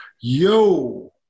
yo